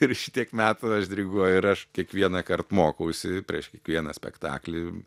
ir šitiek metų diriguoju ir aš kiekvienąkart mokausi prieš kiekvieną spektaklį